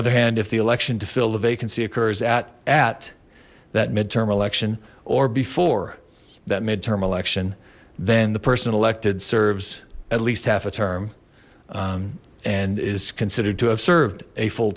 other hand if the election to fill the vacancy occurs at at that midterm election or before that midterm election then the person elected serves at least half a term and is considered to have served a full